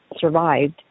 survived